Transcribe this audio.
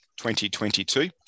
2022